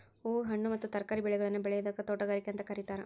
ಹೂ, ಹಣ್ಣು ಮತ್ತ ತರಕಾರಿ ಬೆಳೆಗಳನ್ನ ಬೆಳಿಯೋದಕ್ಕ ತೋಟಗಾರಿಕೆ ಅಂತ ಕರೇತಾರ